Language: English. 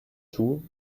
two